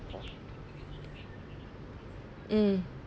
mm